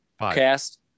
cast